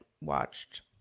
watched